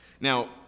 Now